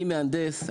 אני מהנדס,